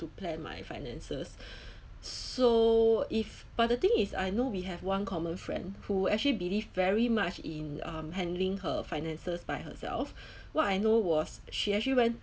to plan my finances so if but the thing is I know we have one common friend who actually believe very much in um handling her finances by herself what I know was she actually went